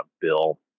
bill